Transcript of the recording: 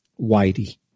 Whitey